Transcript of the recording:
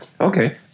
okay